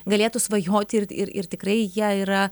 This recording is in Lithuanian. galėtų svajoti ir ir tikrai jie yra